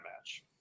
match